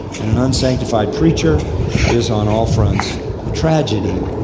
and an unsanctified preacher is on all fronts a tragedy.